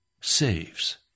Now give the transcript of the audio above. saves